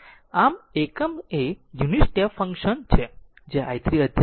આમ એકમ એ યુનિટ સ્ટેપ ફંક્શન ફંક્શન છે જે i 3 અદ્યતન છે